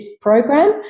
program